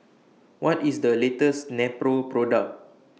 What IS The latest Nepro Product